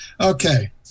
Okay